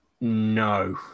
No